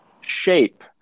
shape